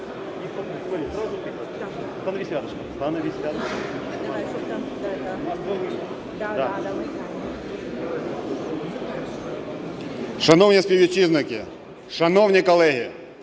Шановні співвітчизники, шановні колеги!